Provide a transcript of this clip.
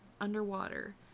underwater